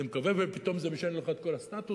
אני מקווה, ופתאום זה משנה לך את כל הסטטוס,